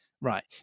Right